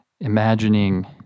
imagining